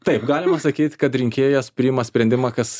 taip galima sakyt kad rinkėjas priima sprendimą kas